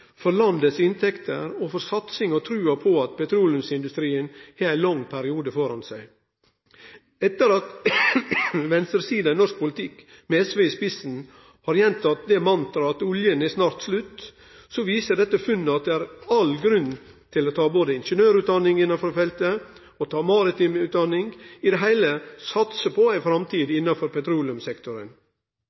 for landets inntekter og for satsinga og trua på at petroleumsindustrien har ein lang periode framfor seg. Etter at venstresida i norsk politikk, med SV i spissen, har gjenteke mantraet at olja snart er slutt, viser dette funnet at det er all grunn til å ta både ingeniørutdanning innanfor feltet og maritim utdanning – i det heile satse på ei framtid innanfor petroleumssektoren.